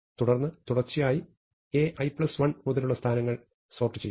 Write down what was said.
തുടർന്ന് തുടർച്ചയായി Ai1 മുതലുള്ള സ്ഥാനങ്ങൾ സോർട്ട് ചെയ്യുന്നു